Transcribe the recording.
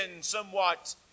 somewhat